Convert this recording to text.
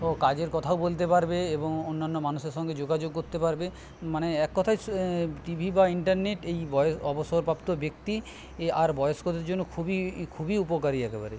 কাজের কথাও বলতে পারবে এবং অন্যান্য মানুষের সঙ্গে যোগাযোগ করতে পারবে মানে এক কথায় টিভি বা ইন্টারনেট এই বয়স অবসরপ্রাপ্ত ব্যক্তি আর বয়স্কদের জন্য খুবই খুবই উপকারী একেবারে